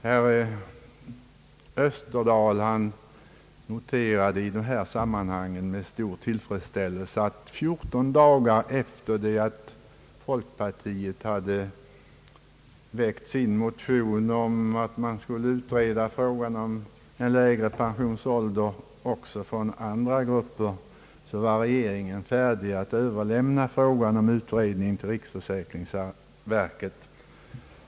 Herr Österdahl noterade med stor tillfredsställelse i detta sammanhang att regeringen redan 14 dagar efter det att folkpartiet väckt sin motion om utredning av frågan om lägre pensionsålder också för andra grupper var färdig att överlämna frågan om utredning till riksförsäkringsverket.